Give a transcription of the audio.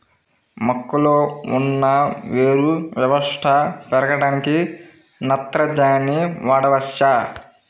మొక్కలో ఉన్న వేరు వ్యవస్థ పెరగడానికి నత్రజని వాడవచ్చా?